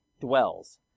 dwells